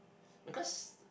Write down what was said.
because